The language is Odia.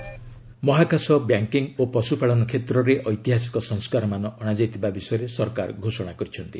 ଗଭ୍ ରିଫର୍ମସ ମହାକାଶ ବ୍ୟାଙ୍କିଙ୍ଗ୍ ଓ ପଶୁପାଳନ କ୍ଷେତ୍ରରେ ଐତିହାସିକ ସଂସ୍କାରମାନ ଅଣାଯାଇଥିବା ବିଷୟରେ ସରକାର ଘୋଷଣା କରିଛନ୍ତି